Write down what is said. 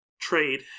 trade